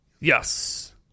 Yes